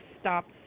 stops